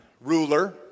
ruler